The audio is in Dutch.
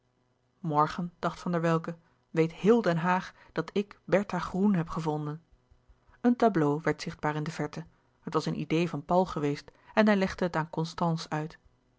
morgen dacht van der welcke weet heel den haag dat ik bertha groen heb gevonden een tableau werd zichtbaar in de verte het was een idee van paul geweest en hij legde het aan constance uit